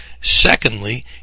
Secondly